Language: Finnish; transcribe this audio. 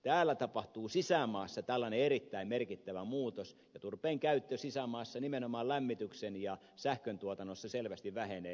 täällä tapahtuu sisämaassa tällainen erittäin merkittävä muutos ja turpeen käyttö sisämaassa nimenomaan lämmityksen ja sähkön tuotannossa selvästi vähenee